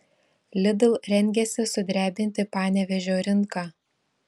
lidl rengiasi sudrebinti panevėžio rinką